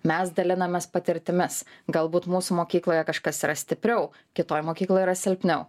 mes dalinamės patirtimis galbūt mūsų mokykloje kažkas yra stipriau kitoj mokykloje yra silpniau